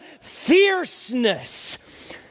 fierceness